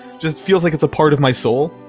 just feels like it's a part of my soul.